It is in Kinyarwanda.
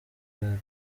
bavuga